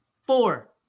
Four